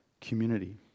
community